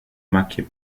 macchie